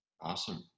Awesome